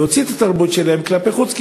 להוציא את התרבות שלהן כלפי חוץ?